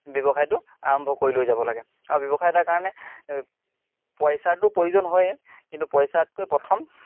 ব্যৱসায়টো আৰম্ভ কৰি লৈ যাব লাগে আৰু ব্যৱসায় এটাৰ কাৰণে পইচাটোৰ প্ৰয়োজন হয়েই কিন্তু পইচাতকৈ প্ৰথম